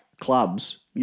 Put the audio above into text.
clubs